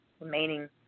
remaining